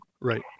right